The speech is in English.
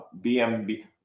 BMB